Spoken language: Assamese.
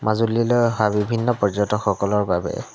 মাজুলীলৈ হোৱা বিভিন্ন পৰ্যটকসকলৰ বাবে